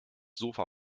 sofa